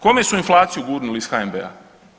Kome su inflaciju gurnuli iz HNB-a?